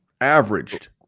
Averaged